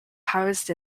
housed